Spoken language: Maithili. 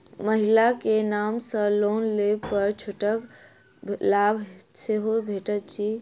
महिला केँ नाम सँ लोन लेबऽ पर छुटक लाभ सेहो भेटत की?